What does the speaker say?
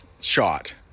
shot